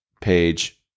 page